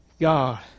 God